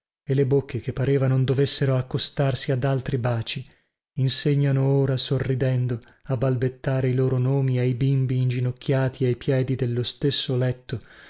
e le bocche che pareva non dovessero accostarsi ad altri baci insegnano ora sorridendo a balbettare i loro nomi ai bimbi inginocchiati ai piedi dello stesso letto